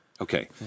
Okay